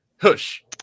Hush